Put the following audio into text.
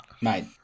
Mate